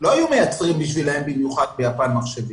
לא היו מייצרים להם מחשבים במיוחד ביפן.